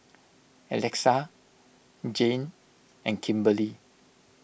Alexa Jayne and Kimberely